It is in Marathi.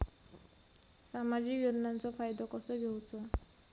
सामाजिक योजनांचो फायदो कसो घेवचो?